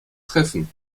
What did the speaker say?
treffen